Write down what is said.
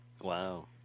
Wow